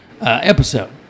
episode